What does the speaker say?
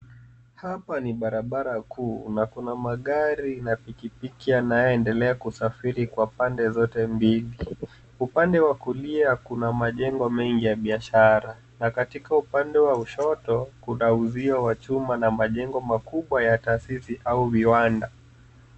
Hapa ni barabara kuu na kuna magari na pikipiki yanayoendelea kusafiri kwa pande zote mbili. Upande wa kulia kuna majengo mengi ya biashara na katika upande wa ushoto kuna uzio wa chuma na majengo makubwa ya taasisi au viwanda.